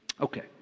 Okay